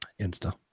Insta